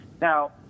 Now